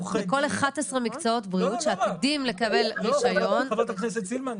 בכל 11 מקצועות הבריאות שעתידים לקבל רישיון -- חברת הכנסת סילמן,